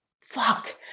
fuck